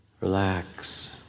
Relax